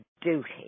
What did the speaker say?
duty